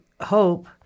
hope